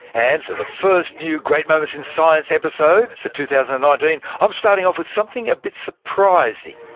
and for the first new great moments in science episode for two thousand and nineteen, i'm starting off with something a bit surprising,